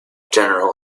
general